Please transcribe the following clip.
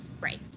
Right